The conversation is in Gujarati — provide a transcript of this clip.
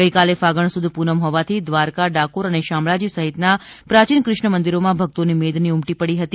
ગઇકાલે ફાગણ સુદ પૂનમ હોવાથી દ્વારકા ડાકોર અને શામળાજી સહિત ના પ્રાચીન કૃષ્ણ મંદિરો માં ભક્તો ની મેદની ઉમટી પડી હતી